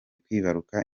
kwibaruka